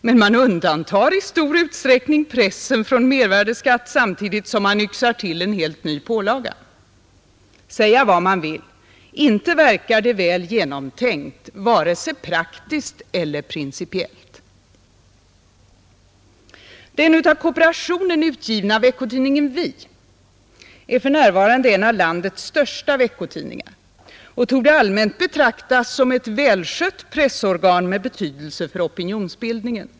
Men man undantar i stor utsträckning pressen från mervärdeskatt samtidigt som man yxar till en helt ny pålaga. Säga vad man vill — inte verkar det väl genomtänkt vare sig praktiskt eller principiellt. Den av kooperationen utgivna veckotidningen Vi är för närvarande en av landets största veckotidningar och torde allmänt betraktas som ett välskött pressorgan med betydelse för opinionsbildningen.